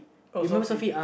oh so free